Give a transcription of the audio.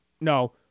No